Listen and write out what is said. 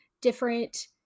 different